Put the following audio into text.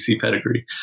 pedigree